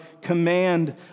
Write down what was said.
command